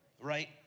right